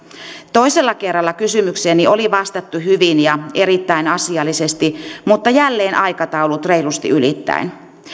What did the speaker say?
toisella kerralla kysymykseeni oli vastattu hyvin ja erittäin asiallisesti mutta jälleen aikataulut reilusti ylittäen